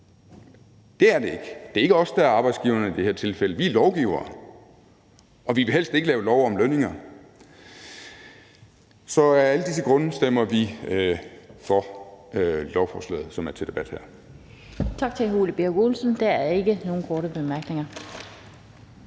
Det er det ikke. Det er ikke os, der er arbejdsgiverne i det her tilfælde. Vi er lovgivere, og vi vil helst ikke lave love om lønninger. Så af alle disse grunde stemmer vi for lovforslaget, som er til debat her.